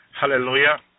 Hallelujah